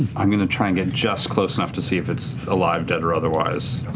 i'm going to try and get just close enough to see if it's alive, dead, or otherwise,